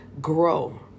Grow